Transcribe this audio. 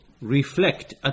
reflect